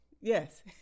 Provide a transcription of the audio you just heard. Yes